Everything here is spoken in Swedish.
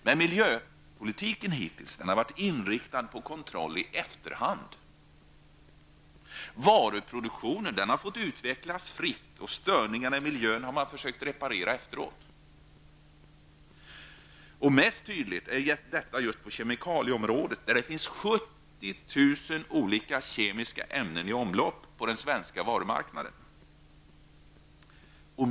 Men miljöpolitiken har hittills varit inriktad på kontroll i efterhand. Varuproduktionen har fått utvecklas fritt och störningarna i miljön har man försökt att reparera efteråt. Mest tydligt är detta just på kemikalieområdet. Det finns 70 000 olika kemiska ämnen i omlopp på den svenska varumarknaden.